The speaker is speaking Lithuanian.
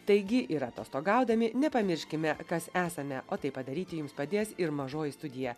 taigi ir atostogaudami nepamirškime kas esame o tai padaryti jums padės ir mažoji studija